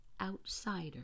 outsider